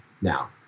now